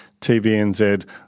TVNZ